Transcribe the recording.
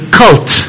cult